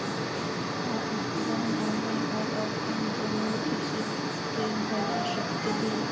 Loan online आर offline दोनों किसम के भरवा सकोहो ही?